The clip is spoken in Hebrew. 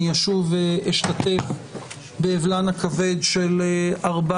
אני אשוב ואשתתף באבלן הכבד של ארבע